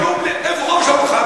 נשארו בלי, איפה יישוב לא מוכר?